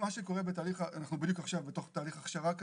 אנחנו בדיוק עכשיו בתוך תהליך הכשרה כזה.